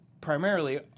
primarily